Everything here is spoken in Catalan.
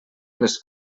les